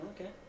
okay